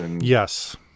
Yes